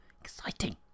exciting